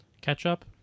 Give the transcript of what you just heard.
Ketchup